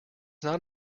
not